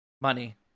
Money